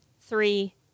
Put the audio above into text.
Three